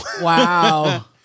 wow